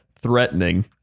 threatening